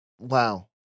Wow